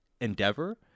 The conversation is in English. endeavor